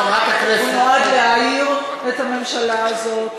חברת הכנסת, הוא נועד להעיר את הממשלה הזאת,